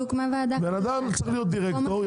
בן אדם צריך להיות דירקטור,